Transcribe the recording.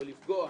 ולפגוע